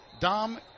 Dom